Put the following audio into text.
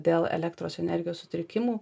dėl elektros energijos sutrikimų